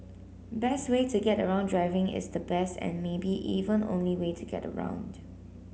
best way to get around Driving is the best and maybe even only way to get around